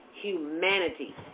humanity